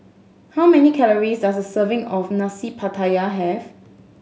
how many calories does a serving of Nasi Pattaya have